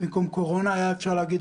במקום קורונה היה אפשר להגיד,